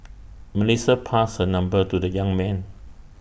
Melissa passed her number to the young man